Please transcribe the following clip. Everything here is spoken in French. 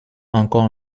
encore